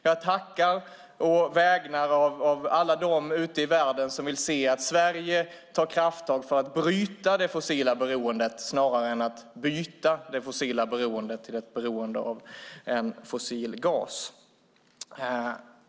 Jag tackar å alla deras vägnar ute i världen som vill se att Sverige tar krafttag för att bryta det fossila beroendet snarare än att byta det mot ett beroende av fossil gas.